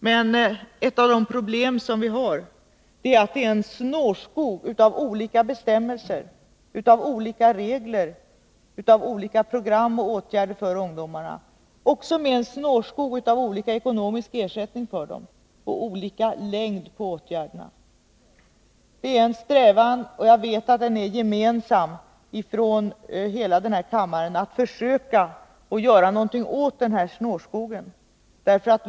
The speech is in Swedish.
Men ett av de problem som vi har, är att det är en snårskog av olika bestämmelser och regler, av olika program och åtgärder för ungdomarna. Det är också en snårskog av olika ekonomisk ersättning för dem och olika längd på åtgärderna. Det är en strävan — och jag vet att den är gemensam för alla i den här kammaren — att försöka att göra någonting åt den här snårskogen.